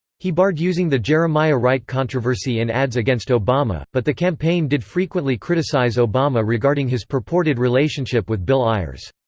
he barred using the jeremiah wright controversy in ads against obama, but the campaign did frequently criticize obama regarding his purported relationship with bill ayers.